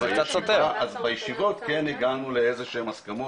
אז בישיבות כן הגענו לאיזה שהן הסכמות,